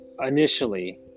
initially